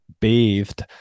bathed